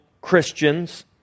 Christians